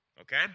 Okay